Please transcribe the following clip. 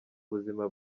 ubuzima